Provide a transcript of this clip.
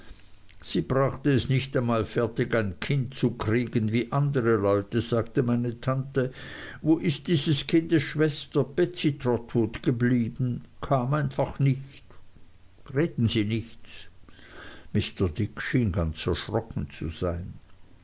sie brachte es nicht einmal fertig ein kind zu kriegen wie andere leute sagte meine tante wo ist dieses kindes schwester betsey trotwood geblieben kam einfach nicht reden sie nichts mr dick schien ganz erschrocken zu sein